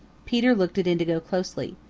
peter looked at indigo closely.